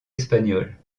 espagnol